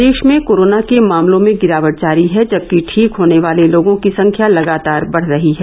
प्रदेश में कोरोना के मामलों में गिरावट जारी है जबकि ठीक होने वाले लोगों की संख्या लगातार बढ़ रही है